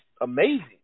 amazing